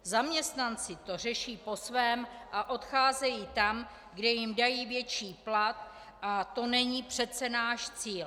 Zaměstnanci to řeší po svém a odcházejí tam, kde jim dají větší plat, a to není přece náš cíl.